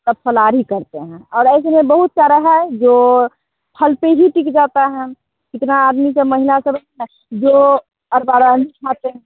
सब फलारी करते हैं और ऐसे में बहुत सारा है जो फल पर ही टिक जाता है कितना आदमी के महिला सब जो खाते हैं